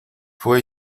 fue